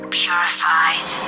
purified